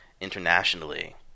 internationally